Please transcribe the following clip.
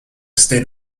state